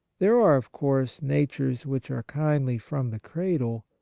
there are, of course, natures which are kindly from the cradle.